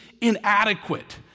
inadequate